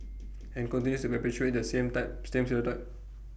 and continue to perpetuate that same type same stereotype